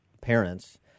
parents